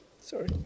sorry